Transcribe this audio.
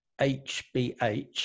hbh